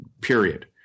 period